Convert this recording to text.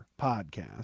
podcast